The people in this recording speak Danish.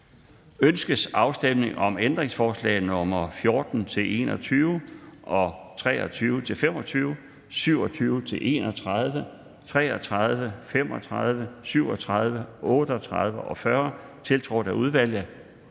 Ønskes afstemning om ændringsforslag nr. 14-21, 23-25, 27-31, 33, 35, 37, 38 og 40, tiltrådt af udvalget?